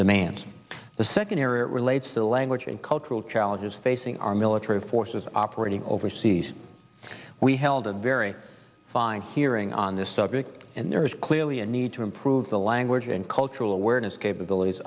demand the second area relates to language and cultural challenges facing our military forces operating overseas we held a very fine hearing on this subject and there is clearly a need to improve the language and cultural awareness capabilities